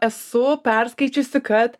esu perskaičiusi kad